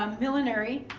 um millinery,